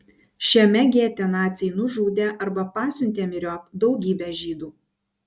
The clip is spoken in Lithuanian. šiame gete naciai nužudė arba pasiuntė myriop daugybę žydų